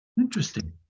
interesting